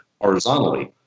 horizontally